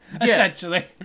essentially